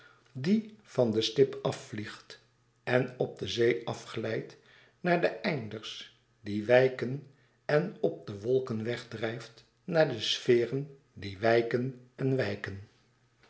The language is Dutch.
die van de stip afvliegt en op de zee afglijdt naar de einders die wijken en op de wolken wegdrijft naar de sferen die wijken en wijken